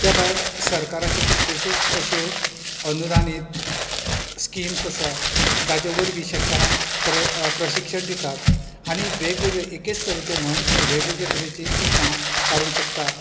त्या भायर सरकाराचे कितलेशेंच अशें अनुदानीत स्किम्स आसा जाच्या वरवीं शेतकारांक प्र प्रशिक्षण दितात आनी वेगवेगळे एकेच तरेचे न्हय पूण वेगवेगळे तरेची पिकां काडूंक शकतात